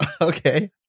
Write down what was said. okay